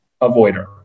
avoider